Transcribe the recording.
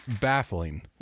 baffling